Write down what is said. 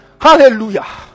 Hallelujah